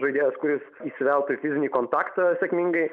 žaidėjas kuris įsiveltų į fizinį kontaktą sėkmingai